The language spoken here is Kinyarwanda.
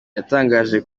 yatangaje